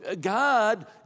God